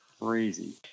crazy